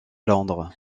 londres